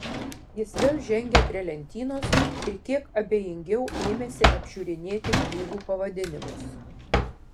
jis vėl žengė prie lentynos ir kiek abejingiau ėmėsi apžiūrinėti knygų pavadinimus